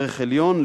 ערך עליון,